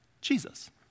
Jesus